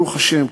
ברוך השם,